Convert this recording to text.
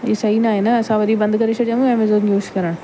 हे सही न आहे न असां वरी बंदि करे छॾियूं एमेजॉन यूज करणु